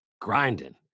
Grinding